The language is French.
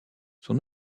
son